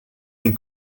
den